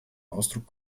ausdruck